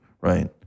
Right